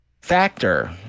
factor